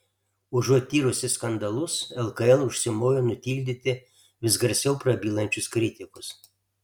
užuot tyrusi skandalus lkl užsimojo nutildyti vis garsiau prabylančius kritikus